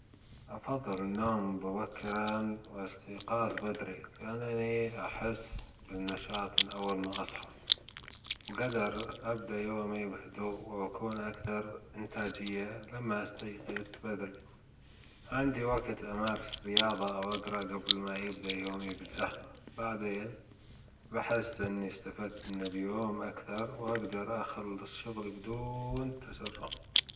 أفضل النوم مبكرا والإستيقاظ بدري لأنني أحس بالنشاط من أول ما أصحى، وجدر ابدأ يومي بهدوء وأكون أكثر إنتاجية لما استيقظ بدري، عندي وقت أمارس رياضة او أجرأ جبل ما يبدأ يومي بالزحمة. بعدين بأحس إني استفدت من اليوم أكثر وأجدر أخلص الشغل بدون تسرع.